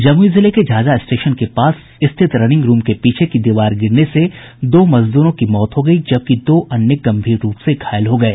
जमुई जिले के झाझा स्टेशन के पास स्थित रनिंगरूम के पीछे की दीवार गिरने से दो मजदूरों की मौत हो गयी जबकि दो अन्य गंभीर रूप से घायल हो गये